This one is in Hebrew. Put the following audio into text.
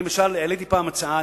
אני למשל העליתי פעם הצעה,